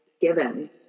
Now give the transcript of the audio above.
given